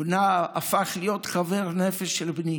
בנה הפך להיות חבר נפש של בני.